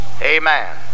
amen